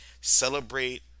celebrate